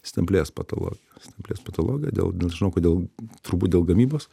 stemplės patalo staklės patologiją dėl nežinau kodėl turbūt dėl gamybos